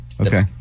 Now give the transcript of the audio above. Okay